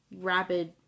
rapid